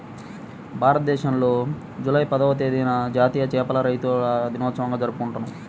భారతదేశంలో జూలై పదవ తేదీన జాతీయ చేపల రైతుల దినోత్సవంగా జరుపుకుంటున్నాం